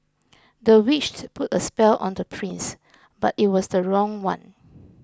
the witch put a spell on the prince but it was the wrong one